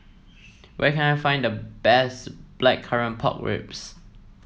where can I find the best Blackcurrant Pork Ribs